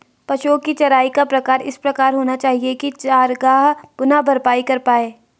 पशुओ की चराई का प्रकार इस प्रकार होना चाहिए की चरागाह पुनः भरपाई कर पाए